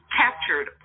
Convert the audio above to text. captured